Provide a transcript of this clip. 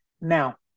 now